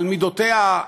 על מידותיה,